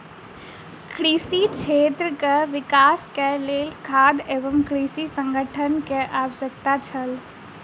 कृषि क्षेत्रक विकासक लेल खाद्य एवं कृषि संगठन के आवश्यकता छल